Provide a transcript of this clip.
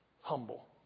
Humble